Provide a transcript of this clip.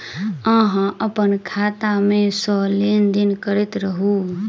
अहाँ अप्पन खाता मे सँ लेन देन करैत रहू?